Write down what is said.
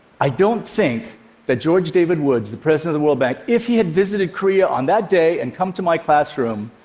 i don't think that george david woods, the president of the world bank, if he had visited korea on that day and come to my classroom,